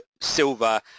silver